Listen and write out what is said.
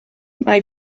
mae